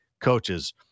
coaches